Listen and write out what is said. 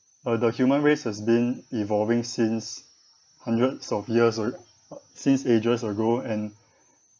uh the human race has been evolving since hundreds of years err since ages ago and